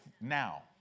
now